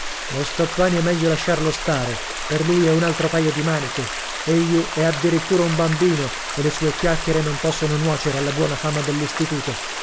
lo stoppani è meglio lasciarlo stare per lui è un altro paio di maniche egli è addirittura un bambino e le sue chiacchiere non possono nuocere alla buona fama